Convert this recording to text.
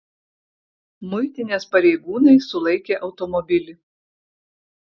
muitinės pareigūnai sulaikė automobilį